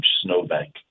snowbank